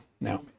now